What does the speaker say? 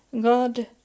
God